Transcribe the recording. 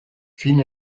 film